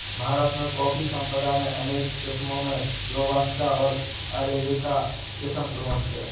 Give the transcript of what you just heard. भारत में कॉफ़ी संपदा में अनेक किस्मो में रोबस्टा ओर अरेबिका किस्म प्रमुख है